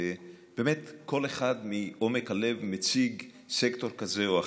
ובאמת כל אחד מעומק הלב מציג סקטור כזה או אחר.